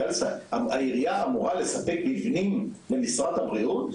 העירייה אמורה לספק מבנים למשרד הבריאות?